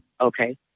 Okay